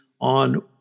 on